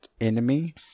enemy